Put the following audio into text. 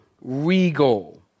regal